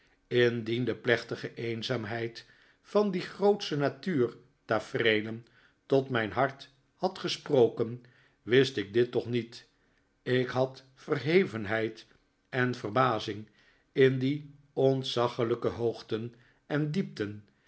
de plechtige eenzaamheid van die grootsche natuurtafereelen tot mijn hart had gesproken wist ik dit toch niet ik had verhevenheid en verbazing in die ontzaglijke hoogten en diepten